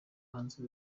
hanze